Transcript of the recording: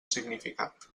significat